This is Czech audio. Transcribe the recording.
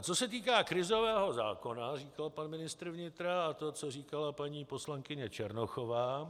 Co se týká krizového zákona, říkal pan ministr vnitra a to, co říkala paní poslankyně Černochová.